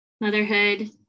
motherhood